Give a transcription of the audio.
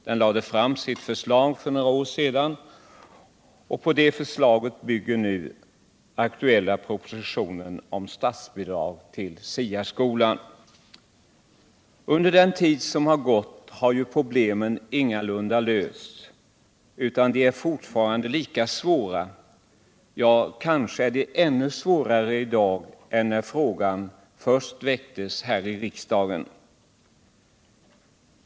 Den lade fram sitt förslag för några år sedan, och på det förslaget bygger den nu aktuella propositionen om statsbidrag till SIA-skolan. Under den tid som gått har ju problemen ingalunda lösts, utan de är fortfarande lika svåra — ja, kanske är de ännu svårare i dag än när frågan först väcktes här i riksdagen.